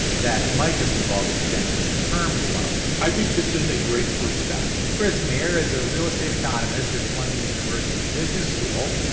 that might just involve extending the term of the loan i think this is a great first step chris mayer is a real estate economist at columbia university's business school.